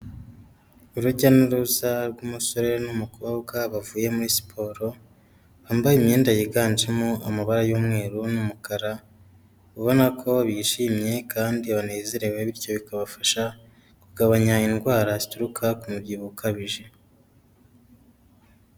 Urujya n'uruza rw'umusore n'umukobwa bavuye muri siporo, bambaye imyenda yiganjemo amabara y'umweru n'umukara. Ubona ko bishimye kandi banezerewe bityo bikabafasha kugabanya indwara zituruka ku mubyibuho ukabije.